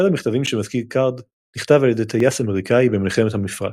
אחד המכתבים שמזכיר קארד נכתב על ידי טייס אמריקאי במלחמת המפרץ.